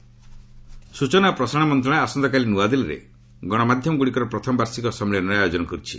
media ସ୍ଟଚନା ଓ ପ୍ରସାରଣ ମନ୍ତ୍ରଣାଳୟ ଆସନ୍ତାକାଲି ନ୍ତଆଦିଲ୍ଲୀରେ ଗଣମାଧ୍ୟମଗ୍ରଡ଼ିକର ପ୍ରଥମ ବାର୍ଷିକ ସମ୍ମିଳନୀର ଆୟୋଜନ କରିଛି